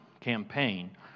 campaign